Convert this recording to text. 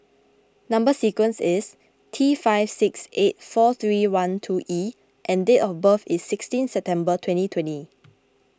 Number Sequence is T five six eight four three one two E and date of birth is sixteen September twenty twenty